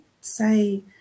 say